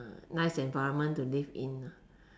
nice environment to live in